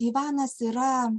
ivanas yra